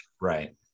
right